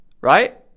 right